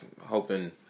hoping